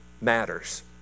matters